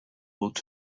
would